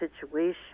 situation